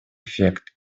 эффект